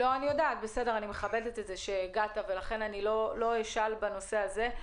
אני מכבדת את זה שהגעת ולכן אני לא אשאל בנושא הזה.